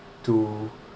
to